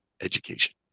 education